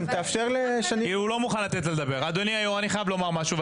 אני חייב לומר משהו,